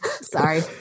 Sorry